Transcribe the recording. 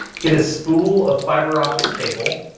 get a spool of fiber optic cable.